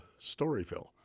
Storyville